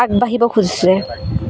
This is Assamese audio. আগবাঢ়িব খুজিছে